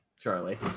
Charlie